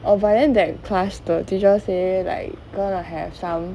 but then that class the teacher say like going to have some